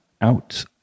out